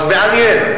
אז מעניין.